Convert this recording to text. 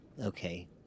Okay